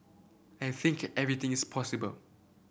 I think everything is possible